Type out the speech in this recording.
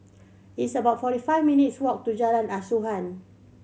it's about forty five minutes' walk to Jalan Asuhan